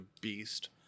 beast